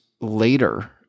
later